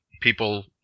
people